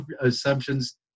assumptions